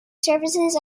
services